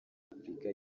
afurika